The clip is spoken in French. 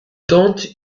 tente